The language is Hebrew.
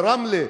ברמלה,